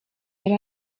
yari